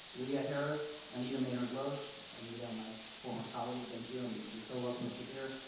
leah harris, anita maynard-losh, anita my former colleague, thank you, and we're so welcome that you're here.